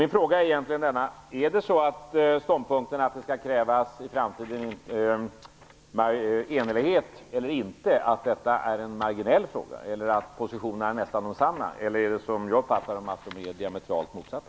Min fråga är: Är frågan om huruvida det skall krävas enhällighet eller inte en marginell fråga? Är positionerna nästan desamma? Eller är positionerna som jag uppfattar det diametralt motsatta?